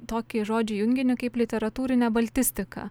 tokį žodžių junginį kaip literatūrinė baltistika